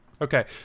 Okay